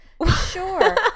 Sure